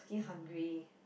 freaking hungry